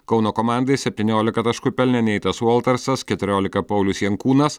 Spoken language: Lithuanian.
kauno komandai septyniolika taškų pelnė neitas voltersas keturiolika paulius jankūnas